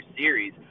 series